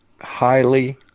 highly